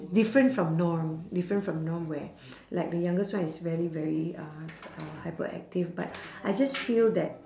different from norm different from norm where like the youngest one is rarely very uh s~ uh hyperactive but I just feel that